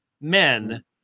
men